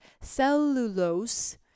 cellulose